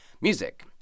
music